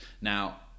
now